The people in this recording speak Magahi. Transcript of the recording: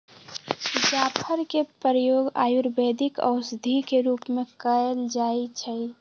जाफर के प्रयोग आयुर्वेदिक औषधि के रूप में कएल जाइ छइ